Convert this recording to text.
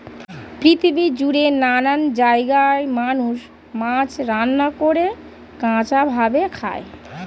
পৃথিবী জুড়ে নানান জায়গায় মানুষ মাছ রান্না করে, কাঁচা ভাবে খায়